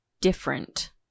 different